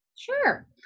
Sure